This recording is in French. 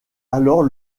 alors